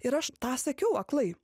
ir aš tą sekiau aklai